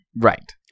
right